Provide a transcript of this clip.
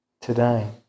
today